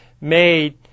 made